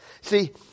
See